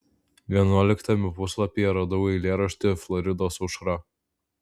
vienuoliktame puslapyje radau eilėraštį floridos aušra